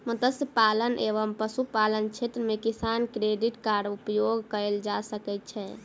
मत्स्य पालन एवं पशुपालन क्षेत्र मे किसान क्रेडिट कार्ड उपयोग कयल जा सकै छै